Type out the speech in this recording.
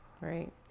right